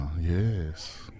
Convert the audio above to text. yes